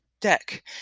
Deck